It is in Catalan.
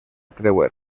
creuer